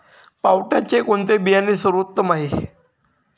पावट्याचे कोणते बियाणे सर्वोत्तम आहे?